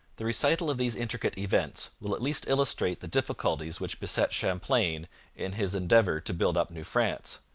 the recital of these intricate events will at least illustrate the difficulties which beset champlain in his endeavour to build up new france.